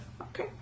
Okay